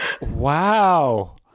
Wow